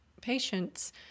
patients